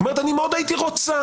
אומרת: אני מאוד הייתי רוצה,